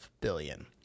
billion